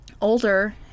older